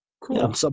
Cool